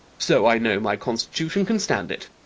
so i know my constitution can stand it.